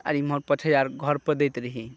आर एम्हर पाँच हजार घरपर दैत रही